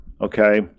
okay